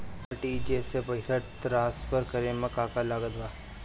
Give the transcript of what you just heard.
RTGS से पईसा transfer करे मे का का लागत बा?